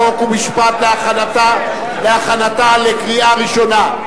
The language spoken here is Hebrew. חוק ומשפט להכנתה לקריאה ראשונה.